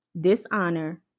dishonor